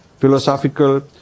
philosophical